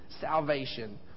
salvation